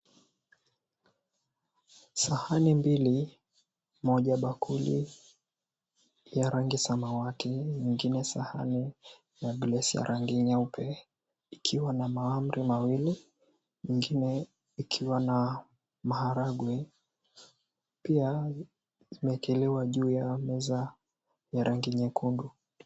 Sahani mnili moja bakuli ya rangi ya samawati yengine sahani ya rangi ya rangi nyeupe ikiwa na mahamri mawili ma nyingine ikiwa ma marahagwe imeekelewa juu ya meza ya rangi nyekundu.